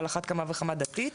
על אחת כמה וכמה דתית,